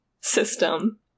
system